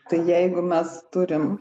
tai jeigu mes turim